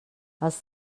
els